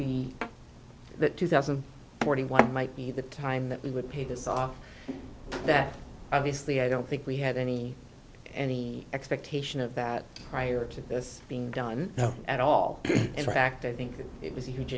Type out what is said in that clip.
be that two thousand and forty one might be the time that we would pay this off that obviously i don't think we had any any expectation of that prior to this being done at all in fact i think it was a huge